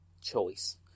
choice